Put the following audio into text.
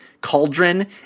cauldron